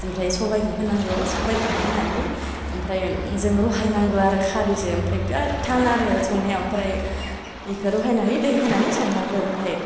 आमफ्राय सबाइखौ होनांगौ सबायखो होनानि आमफ्राय जों रहाय नांगौ आरो खारिजो आमफ्राय बिराथ थान आरो संनायाव आमफ्राय बेखो रहायनानि दै होनानि संनांगो आमफ्राय